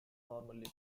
normally